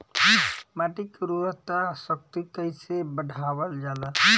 माटी के उर्वता शक्ति कइसे बढ़ावल जाला?